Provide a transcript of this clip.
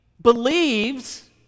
believes